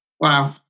wow